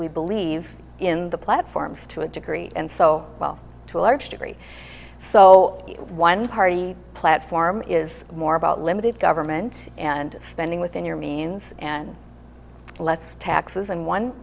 we believe in the platforms to a degree and so well to a large degree so one party platform is more about limited government and spending within your means and less taxes and one